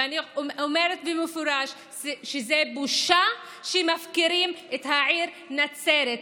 ואני אומרת במפורש שזה בושה שמפקירים את העיר נצרת.